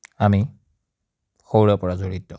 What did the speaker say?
আমি সৰুৰে পৰা জড়িত